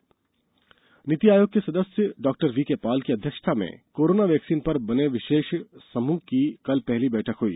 नीति आयोग बैठक नीति आयोग के सदस्य डॉक्टर वीके पॉल की अध्यक्षता कोरोना वैक्सीन पर बने विशेषज्ञ समूह की कल पहली बैठक हुई